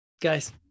guys